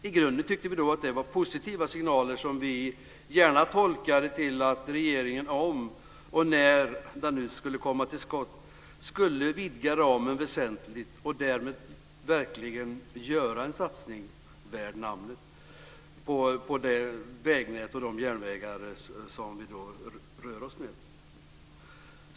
I grunden tyckte vi då att det var positiva signaler, som vi gärna tolkade som att regeringen, om och när den nu skulle komma till skott, skulle vidga ramen väsentligt och därmed verkligen göra en satsning värd namnet på det vägnät och de järnvägar som vi rör oss med.